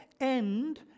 end